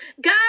God